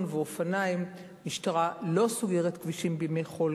והאופניים: המשטרה לא סוגרת כבישים בימי חול,